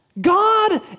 God